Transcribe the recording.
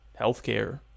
healthcare